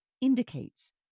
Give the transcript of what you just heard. indicates